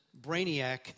brainiac